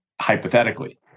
hypothetically